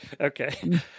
Okay